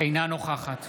אינה נוכחת